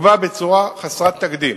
בצורה חסרת תקדים.